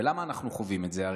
ולמה אנחנו חווים את זה?